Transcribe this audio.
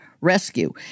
rescue